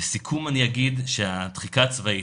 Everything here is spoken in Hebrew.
לסיכום אני אגיד שהדחיקה הצבאית,